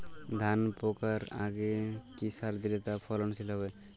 ধান পাকার আগে কি সার দিলে তা ফলনশীল হবে?